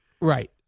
Right